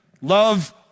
Love